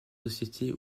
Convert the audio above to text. sociétés